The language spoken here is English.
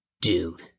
dude